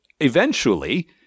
eventually-